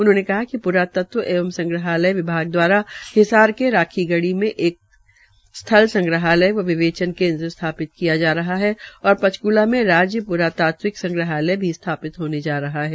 उन्होंने कहा कि प्रात्त्व एवं संग्रहालय विभाग द्वारा हिसार के राखी गढ़ी में एक स्थल संग्रहालय व विवेचन केन्द्र स्थापित किया जा रहा है और पंचकृता में राज्य प्रातात्विक संग्रहालय भी स्थापित होने जा रहा है